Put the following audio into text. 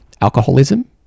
alcoholism